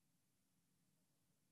גם